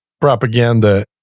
propaganda